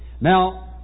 Now